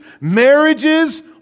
marriages